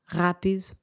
rápido